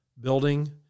building